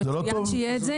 זה מצוין שיהיה את זה,